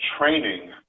training